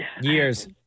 Years